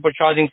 supercharging